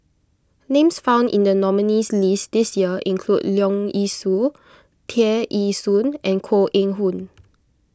names found in the nominees' list this year include Leong Yee Soo Tear Ee Soon and Koh Eng Hoon